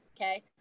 okay